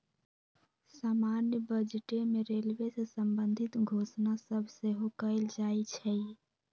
समान्य बजटे में रेलवे से संबंधित घोषणा सभ सेहो कएल जाइ छइ